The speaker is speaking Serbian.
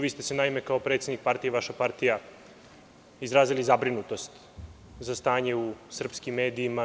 Vi ste se naime kao predsednik partije izrazili zabrinutost za stanje u srpskim medijima.